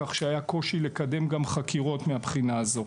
כך שהיה קושי לקדם את החקירות מהבחינה הזאת.